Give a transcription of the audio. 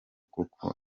kuko